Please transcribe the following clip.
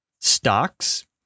stocks